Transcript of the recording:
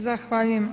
Zahvaljujem.